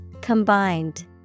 Combined